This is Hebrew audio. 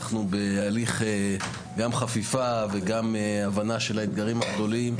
אנחנו בהליך גם חפיפה וגם הבנה של האתגרים הגדולים.